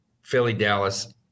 Philly-Dallas –